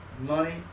money